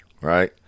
right